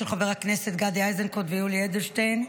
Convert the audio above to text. של חבר הכנסת גדי איזנקוט ויולי אדלשטיין.